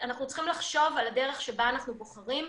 אנחנו צריכים לחשוב על הדרך שבה אנחנו בוחרים,